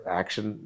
action